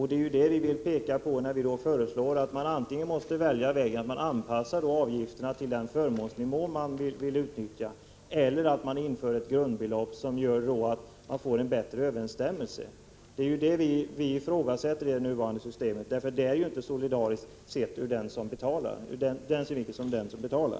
Det är det vi vill peka på när vi föreslår att man antingen anpassar avgifterna till den förmånsnivå man vill utnyttja eller också inför ett grundbelopp som skapar en bättre överensstämmelse. Det är detta vi ifrågasätter i det nuvarande systemet, för det är inte solidariskt sett ur dens synpunkt som betalar.